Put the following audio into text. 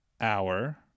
hour